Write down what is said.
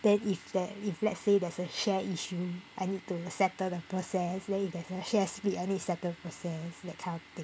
then if that if let's say there's a share issue I need to settle the process then if there's a shares split I need to settle process that kind of thing